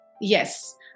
yes